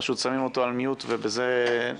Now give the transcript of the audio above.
פשוט שמים אותו על mute ובזה נגמר האירוע.